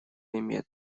имеет